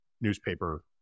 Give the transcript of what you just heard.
newspaper